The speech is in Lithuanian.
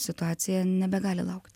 situacija nebegali laukti